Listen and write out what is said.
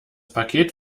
paket